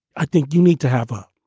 i think you need to have a.